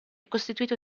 costituito